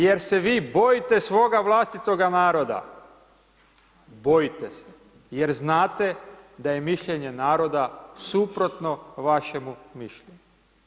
Jer se vi bojite svoga vlastitoga naroda, bojite se, jer znate da je mišljenje naroda suprotno vašemu mišljenju.